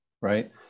right